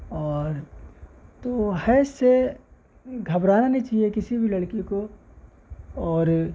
اور تو حیض سے گھبرانا نہیں چاہیے کسی بھی لڑکی کو اور